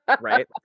Right